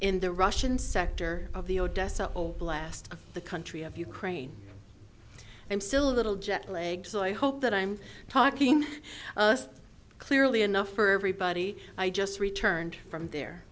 in the russian sector of the odessa blast the country of ukraine i am still a little jet lag so i hope that i'm talking clearly enough for everybody i just returned from there